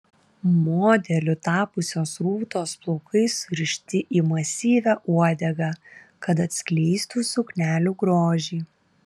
modeliu tapusios rūtos plaukai surišti į masyvią uodegą kad atskleistų suknelių grožį